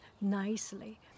nicely